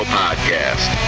podcast